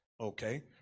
Okay